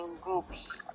groups